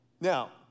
Now